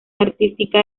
artística